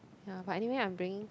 ya but anyway I'm bringing